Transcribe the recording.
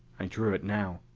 i drew it now.